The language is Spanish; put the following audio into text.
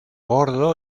gordo